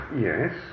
Yes